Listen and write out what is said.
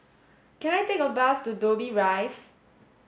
can I take a bus to Dobbie Rise